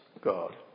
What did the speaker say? God